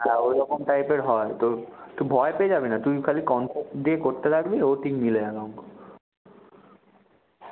হ্যাঁ ওই রকম টাইপের হয় তো তুই ভয় পেয়ে যাবি না তুই খালি কনসেপ্ট দিয়ে করতে থাকবি ও ঠিক মিলে যাবে অংক